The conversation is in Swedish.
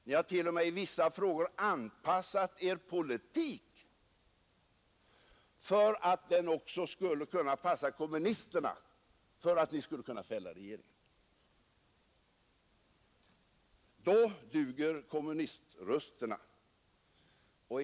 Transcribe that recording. Ni har t.o.m. i vissa frågor för att kunna fälla regeringen anpassat er politik så att den skulle kunna passa kommunisterna. Då duger kommuniströsterna.